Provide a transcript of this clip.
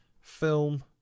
film